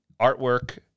artwork